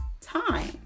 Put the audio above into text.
time